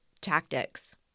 tactics